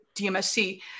dmsc